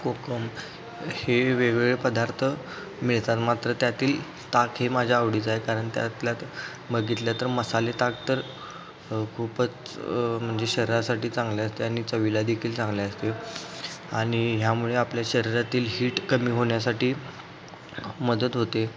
कोकम हे वेगवेगळे पदार्थ मिळतात मात्र त्यातील ताक हे माझ्या आवडीचं आहे कारण त्यातल्यात बघितलं तर मसाले ताक तर खूपच म्हणजे शरीरासाठी चांगले असते आणि चवीलादेखील चांगले असते आणि ह्यामुळे आपल्या शरीरातील हीट कमी होण्यासाठी मदत होते